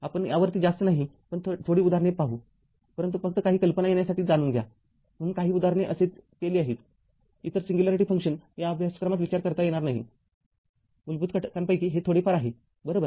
आपण यावरती जास्त नाही पण थोडी उदाहरणे पाहूपरंतु फक्त काही कल्पना देण्यासाठी जाणून घ्याम्हणूनच काही उदाहरणे असे केली आहेतइतर सिंग्युलॅरिटी फंक्शन या अभ्यासक्रमात विचारात घेणार नाही मूलभूत घटकांपैकी हे थोडेफार आहे बरोबर